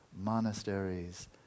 monasteries